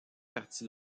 partie